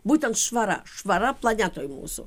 būtent švara švara planetoj mūsų